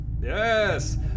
Yes